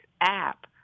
app